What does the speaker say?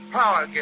power